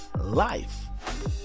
life